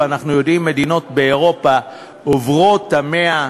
ואנחנו יודעים שמדינות באירופה עוברות את ה-100%,